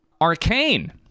Arcane